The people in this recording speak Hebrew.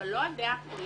אבל לא על דעה פוליטית